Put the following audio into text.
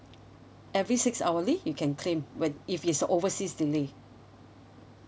every six hourly you can claim when if it's a overseas delay